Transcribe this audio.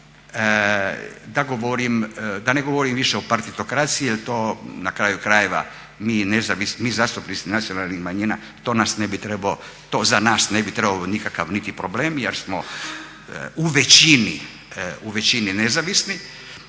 da ne govorim više o partitokraciji jel to na kraju krajeva mi nezavisni, mi zastupnici nacionalnih manjina to nas ne bi trebalo, to za nas ne bi trebao biti nikakav niti problem jer smo u većini nezavisni